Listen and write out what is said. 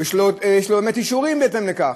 יש לו באמת אישורים בהתאם לכך.